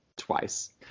twice